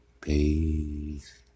Peace